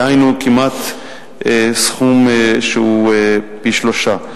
דהיינו סכום שהוא כמעט פי-שלושה.